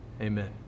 amen